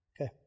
okay